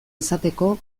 izateko